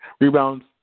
rebounds